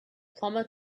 plumber